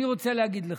אני רוצה להגיד לך,